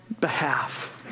behalf